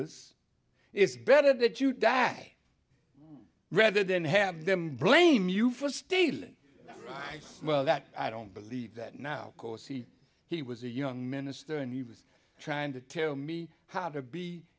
rs it's better that you die rather than have them blame you for stealing well that i don't believe that now corsi he was a young minister and he was trying to tell me how to be